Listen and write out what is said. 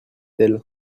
elle